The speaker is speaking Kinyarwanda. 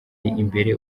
imbere